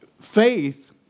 faith